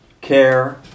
Care